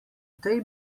tej